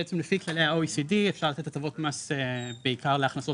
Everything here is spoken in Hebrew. בעצם לפי כללי ה-OECD אפשר לתת הטבות מס בעיקר לה הכנסות